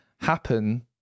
happen